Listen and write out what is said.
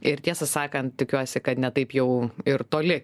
ir tiesą sakan tikiuosi kad ne taip jau ir toli